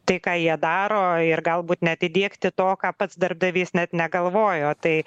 tai ką jie daro ir galbūt net įdiegti to ką pats darbdavys net negalvojo tai